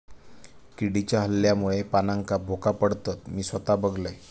किडीच्या हल्ल्यामुळे पानांका भोका पडतत, मी स्वता बघलंय